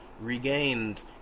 regained